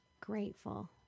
grateful